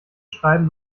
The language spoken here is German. schreiben